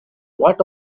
what